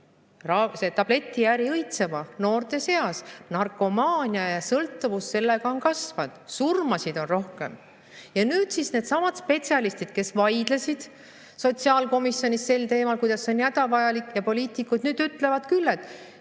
tabletiäri õitsema noorte seas. Narkomaania ja sõltuvus on kasvanud, surmasid on rohkem. Ja nüüd siis needsamad spetsialistid, kes vaidlesid sotsiaalkomisjonis sel teemal, kui hädavajalik see on, ja poliitikud ütlevad küll, et